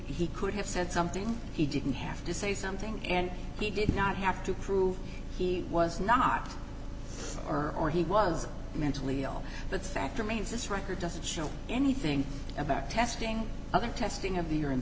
he could have said something he didn't have to say something and he did not have to prove he was not or or he was mentally ill but fact remains this record doesn't show anything about testing other testing of the urine